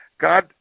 god